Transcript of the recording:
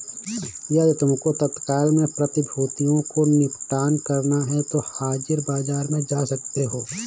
यदि तुमको तत्काल में प्रतिभूतियों को निपटान करना है तो हाजिर बाजार में जा सकते हो